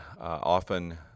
often